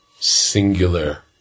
singular